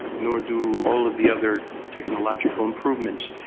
nor do all of the other technological improvements.